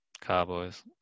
Cowboys